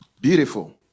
Beautiful